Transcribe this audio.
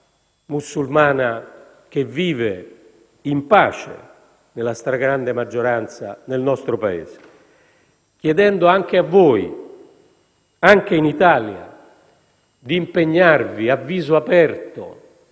che vive in pace nella stragrande maggioranza del nostro Paese, chiedendo anche a voi, anche in Italia, di impegnarvi a viso aperto,